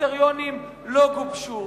הקריטריונים לא גובשו.